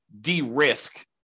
de-risk